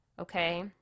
Okay